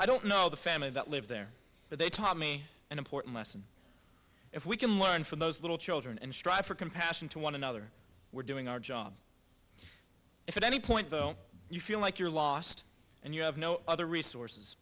i don't know the family that lived there but they taught me an important lesson if we can learn from those little children and strive for compassion to one another we're doing our job if at any point you feel like you're lost and you have no other resources